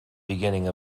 beginning